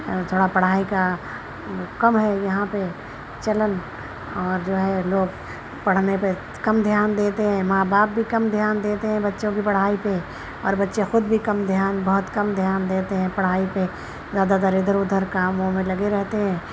اور تھوڑا پڑھائی کا کم ہے یہاں پہ چلن اور جو ہے لوگ پڑھنے پہ کم دھیان دیتے ہیں ماں باپ بھی کم دھیان دیتے ہیں بچوں کی پڑھائی پہ اور بچے خود بھی کم دھیان بہت کم دھیان دیتے ہیں پڑھائی پہ زیادہ تر اِدھر اُدھر کاموں میں لگے رہتے ہیں